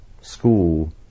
school